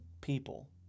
people